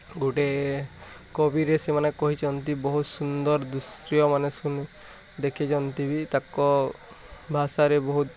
ଗୋଟେ କବିରେ ସେମାନେ କହିଛନ୍ତି ବହୁତ ସୁନ୍ଦର ଦୃଶ୍ୟମାନେ ଶୁନି ଦେଖିଛନ୍ତି ବି ତାକ ଭାଷାରେ ବହୁତ